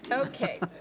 okay,